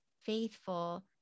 faithful